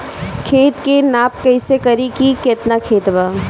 खेत के नाप कइसे करी की केतना खेत बा?